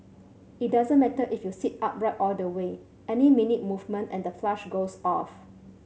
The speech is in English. it doesn't matter if you sit upright all the way any minute movement and the flush goes off